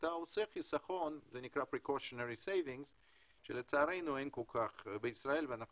אתה עושה חיסכון שלצערנו אין כל כך בישראל ואנחנו